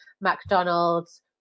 McDonald's